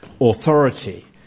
authority